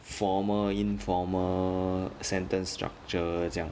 formal informal sentence structure 这样